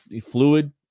fluid